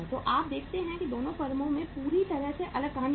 अब आप देखते हैं कि 2 फर्मों में पूरी तरह से अलग कहानी है